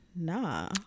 Nah